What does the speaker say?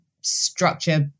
structure